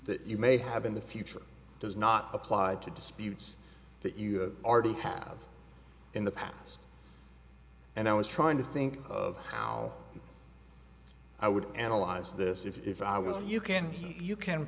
that you may have in the future does not apply to disputes that you have already have in the past and i was trying to think of how i would analyze this if i was you can you can